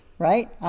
Right